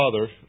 Father